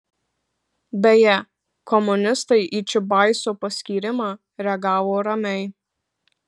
beje komunistai į čiubaiso paskyrimą reagavo ramiai